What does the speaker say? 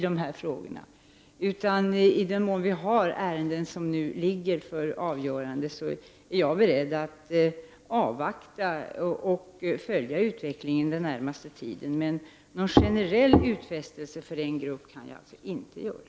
När det gäller de ärenden som nu skall avgöras är jag beredd att avvakta och följa utvecklingen den närmaste tiden. Någon generell utfästelse för en grupp kan jag alltså inte göra.